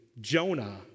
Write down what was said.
Jonah